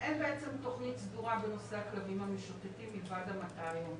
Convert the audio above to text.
אין בעצם תכנית סדורה בנושא הכלבים המשוטטים מלבד המתה היום.